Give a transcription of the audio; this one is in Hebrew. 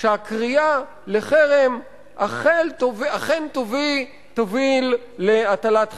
שהקריאה לחרם אכן תוביל להטלת חרם.